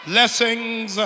Blessings